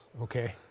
Okay